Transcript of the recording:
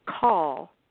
call